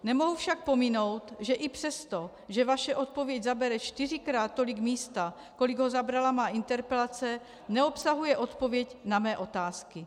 Nemohu však pominout, že i přesto, že vaše odpověď zabere čtyřikrát tolik místa, kolik ho zabrala má interpelace, neobsahuje odpověď na mé otázky.